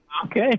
Okay